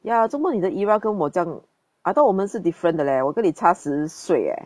ya 做么你的 era 跟我这样 I thought 我们是 different 的 leh 我跟你差十岁 eh